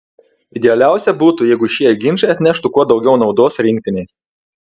idealiausia būtų jeigu šie ginčai atneštų kuo daugiau naudos rinktinei